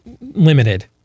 limited